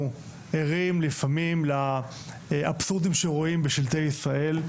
ערים לפעמים לאבסורדים שרואים בשלטי ישראל.